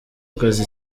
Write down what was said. akazi